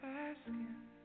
asking